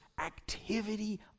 activity